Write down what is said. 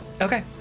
Okay